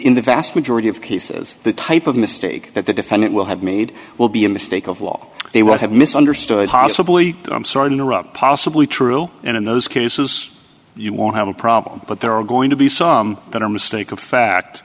in the vast majority of cases the type of mistake that the defendant will have made will be a mistake of law they would have misunderstood possibly i'm sorry to interrupt possibly true and in those cases you won't have a problem but there are going to be some that are mistake of fact